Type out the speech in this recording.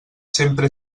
sempre